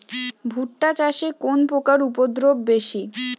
ভুট্টা চাষে কোন পোকার উপদ্রব বেশি?